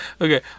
okay